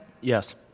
Yes